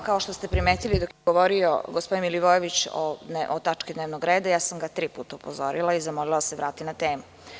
Kao što ste primetili, dok je govorio gospodin Milivojević o tački dnevnog reda ja sam ga tri puta upozorila i zamolila sam ga da se vrati na temu.